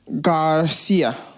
Garcia